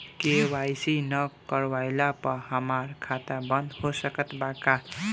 KYC ना करवाइला पर हमार खाता बंद हो सकत बा का?